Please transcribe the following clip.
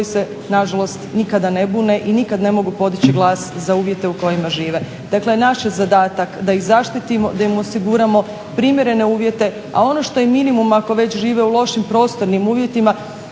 koji se nažalost nikada ne bune i nikad ne mogu podići glas za uvjete u kojima žive. Dakle, naš je zadatak da ih zaštitimo, da im osiguramo primjerene uvjete, a ono što je minimum ako već žive u lošim prostornim uvjetima,